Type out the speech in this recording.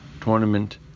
tournament